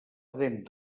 ardent